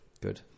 Good